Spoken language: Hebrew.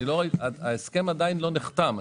ההסכם עדיין לא נחתם.